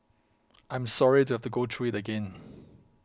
I am sorry to have to go through it again